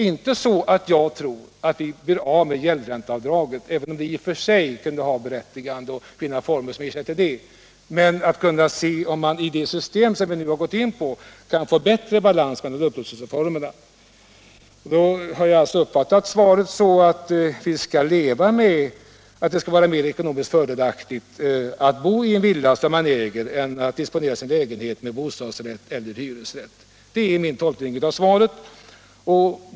Jag tror na turligtvis inte att vi blir av med gäldränteavdraget, även om det i och för sig vore berättigat att försöka finna former för att ersätta det, men jag hade hoppats att vi i det system som vi nu har gått in för skulle kunna få en bättre balans mellan de olika upplåtelseformerna. Jag har tolkat svaret så att vi skall leva med det förhållandet att det skall vara ekonomiskt mer fördelaktigt att bo i en villa som man äger än att disponera sin lägenhet med bostadsrätt eller hyresrätt.